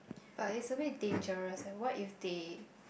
but it's a bit dangerous what if they